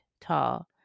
tall